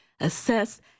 assess